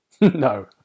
No